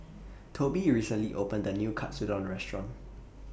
Tobi recently opened A New Katsudon Restaurant